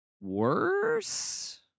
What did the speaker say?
worse